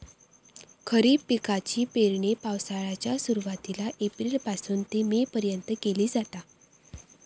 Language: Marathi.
खरीप पिकाची पेरणी पावसाळ्याच्या सुरुवातीला एप्रिल पासून ते मे पर्यंत केली जाता